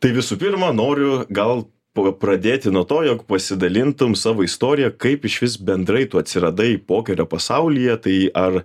tai visų pirma noriu gal po pradėti nuo to jog pasidalintum savo istorija kaip išvis bendrai tu atsiradai pokerio pasaulyje tai ar